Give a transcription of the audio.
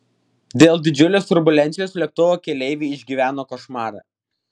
dėl didžiulės turbulencijos lėktuvo keleiviai išgyveno košmarą